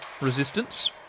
resistance